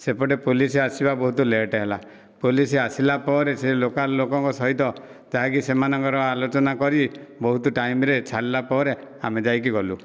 ସେପଟେ ପୋଲିସ ଆସିବା ବହୁତ ଲେଟ୍ ହେଲା ପୋଲିସ ଆସିଲା ପରେ ସେ ଲୋକାଲ୍ ଲୋକଙ୍କ ସହିତ ଯାଇକି ସେମାନଙ୍କର ଆଲୋଚନା କରି ବହୁତ ଟାଇମ୍ରେ ଛାଡ଼ିଲା ପରେ ଆମେ ଯାଇକି ଗଲୁ